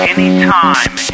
Anytime